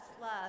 love